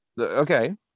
Okay